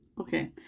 Okay